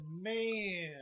man